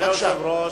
אדוני היושב-ראש,